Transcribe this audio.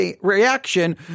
reaction